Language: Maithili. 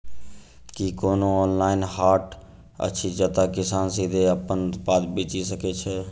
की कोनो ऑनलाइन हाट अछि जतह किसान सीधे अप्पन उत्पाद बेचि सके छै?